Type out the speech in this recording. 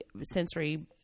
sensory